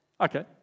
Okay